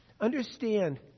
Understand